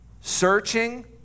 searching